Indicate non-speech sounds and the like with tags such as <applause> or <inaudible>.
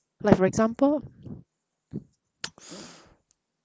like for example <noise>